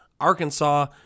Arkansas